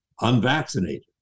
unvaccinated